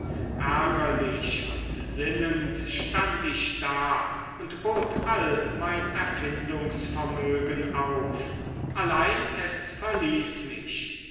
ärgerlich und sinnend stand ich da und bot all mein erfindungsvermögen auf allein es verließ mich